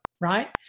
right